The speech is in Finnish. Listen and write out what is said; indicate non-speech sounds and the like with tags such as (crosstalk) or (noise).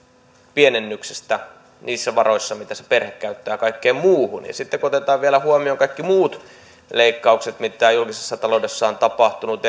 pienennyksestä niissä varoissa mitä se perhe käyttää kaikkeen muuhun sitten kun otetaan vielä huomioon kaikki muut leikkaukset eri maksujen korotukset mitä julkisessa taloudessa on tapahtunut (unintelligible)